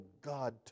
God